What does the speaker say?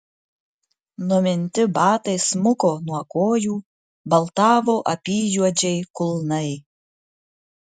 numinti batai smuko nuo kojų baltavo apyjuodžiai kulnai